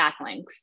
backlinks